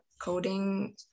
coding